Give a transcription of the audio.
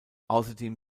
außerdem